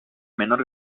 menor